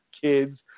kids